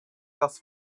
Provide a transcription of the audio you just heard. das